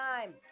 time